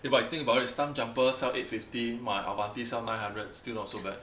if you think about it stumpjumper sell eight fifty my avanti sell nine hundred still not so bad